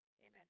Amen